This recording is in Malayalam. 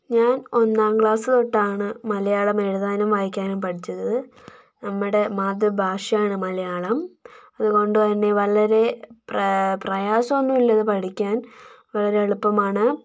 ഞാൻ ഒന്നാം ക്ലാസ് തൊട്ടാണ് മലയാളം എഴുതാനും വായിക്കാനും പഠിച്ചത് നമ്മടെ മാതൃഭാഷയാണ് മലയാളം അതുകൊണ്ടുതന്നെ വളരെ പ്രാ പ്രയാസമൊന്നുമില്ല അത് പഠിക്കാൻ വളരെ എളുപ്പമാണ്